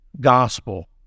gospel